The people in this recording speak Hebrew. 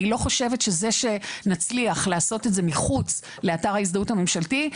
אני לא חושבת שזה שנצליח לעשות את זה מחוץ לאתר ההזדהות הממשלתי,